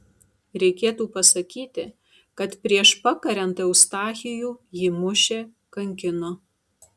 reikėtų pasakyti kad prieš pakariant eustachijų jį mušė kankino